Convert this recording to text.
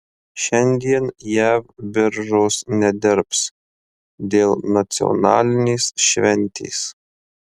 šiandien jav biržos nedirbs dėl nacionalinės šventės